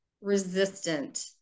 resistant